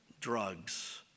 drugs